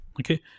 Okay